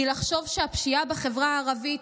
היא לחשוב שהפשיעה בחברה הערבית,